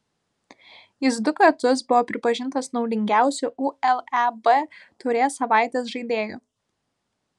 jis du kartus buvo pripažintas naudingiausiu uleb taurės savaitės žaidėju